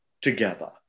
together